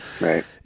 Right